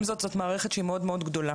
עם זאת, זו מערכת שהיא מאוד מאוד גדולה.